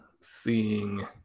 seeing